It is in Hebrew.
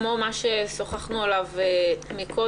כמו מה ששוחחנו עליו קודם,